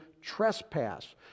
trespass